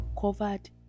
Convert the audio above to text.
covered